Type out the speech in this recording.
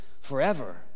forever